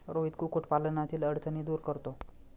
रोहित कुक्कुटपालनातील अडचणी दूर करतो